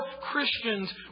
Christians